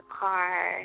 car